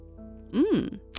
Mmm